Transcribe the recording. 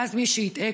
ואז מי שיטעה,